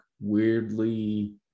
weirdly